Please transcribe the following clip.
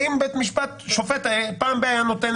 האם שופט היה נותן